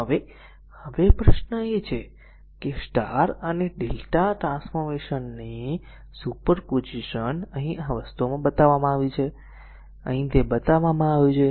હવે પ્રશ્ન એ છે કે વાય અને Δ નેટવર્ક ની સુપરપોઝિશન અહીં આ વસ્તુમાં બતાવવામાં આવી છે અહીં તે બતાવવામાં આવ્યું છે